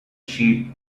sheep